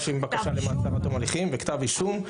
עם בקשה למעצר עד תום הליכים וכתב אישום.